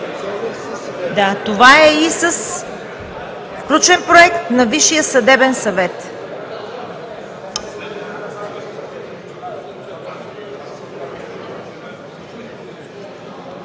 Това е и с включен Проект на Висшия съдебен съвет.